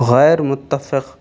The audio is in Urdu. غیر متفق